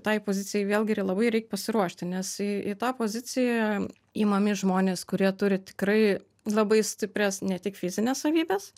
tai pozicijai vėlgi ir labai reikia pasiruošti nes į tą poziciją imami žmonės kurie turi tikrai labai stiprias ne tik fizines savybes